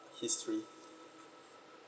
history